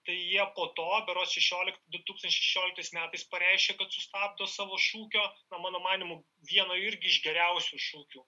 tai jie po to berods šešiolikt du tūkstančiai šešioliktais metais pareiškė kad sustabdo savo šūkio mano manymu vieno irgi iš geriausių šūkių